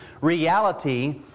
reality